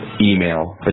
email